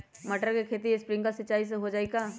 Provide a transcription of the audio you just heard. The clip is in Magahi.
मटर के खेती स्प्रिंकलर सिंचाई से हो जाई का?